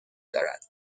دارد